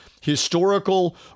historical